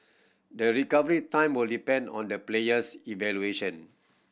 the recovery time will depend on the player's evolution